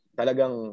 talagang